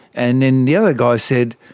and then the other guy said,